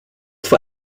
for